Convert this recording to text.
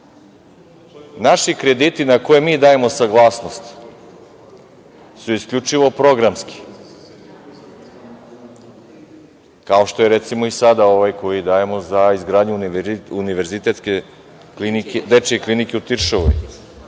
Naši krediti, na koje mi dajemo saglasnost, su isključivo programski. Kao što je, recimo, sada ovaj koji dajemo za izgradnju dečije klinike u Tiršovoj.